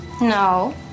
No